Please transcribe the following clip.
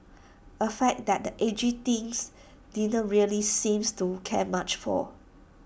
A fact that edgy Teen's didn't really seems to care much for